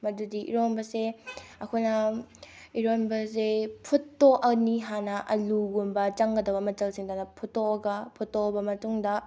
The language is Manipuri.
ꯃꯗꯨꯗꯤ ꯏꯔꯣꯟꯕꯁꯦ ꯑꯩꯈꯣꯏꯅ ꯏꯔꯣꯟꯕꯁꯦ ꯐꯨꯠꯇꯣꯛꯑꯅꯤ ꯍꯥꯟꯅ ꯑꯥꯜꯂꯨꯒꯨꯝꯕ ꯆꯪꯒꯗꯕ ꯃꯆꯜꯁꯤꯡꯗꯣ ꯍꯥꯟꯅ ꯐꯨꯠꯇꯣꯛꯑꯒ ꯐꯨꯠꯇꯣꯛꯑꯕ ꯃꯇꯨꯡꯗ